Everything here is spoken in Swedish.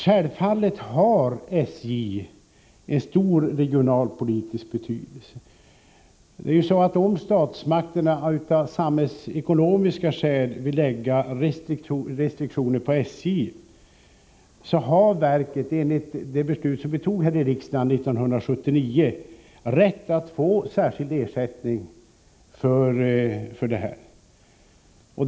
Självfallet har SJ en stor regionalpolitisk betydelse. Om statsmakterna av samhällsekonomiska skäl vill lägga restriktioner på SJ, har verket, enligt det beslut som vi tog här i riksdagen 1979, rätt att få särskild ersättning.